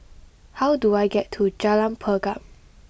how do I get to Jalan Pergam